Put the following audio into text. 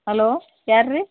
hello ಯಾರು ರೀ